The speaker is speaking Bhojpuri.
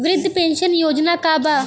वृद्ध पेंशन योजना का बा?